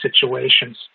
situations